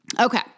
Okay